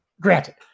Granted